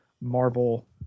Marvel